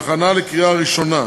לדיון ולהכנה לקריאה ראשונה.